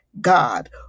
God